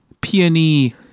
peony